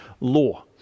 law